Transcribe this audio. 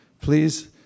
please